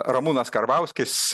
ramūnas karbauskis